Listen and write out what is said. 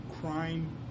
crime